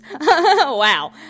Wow